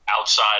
outside